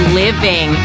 living